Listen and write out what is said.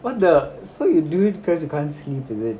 what the so you do it because you can't sleep is it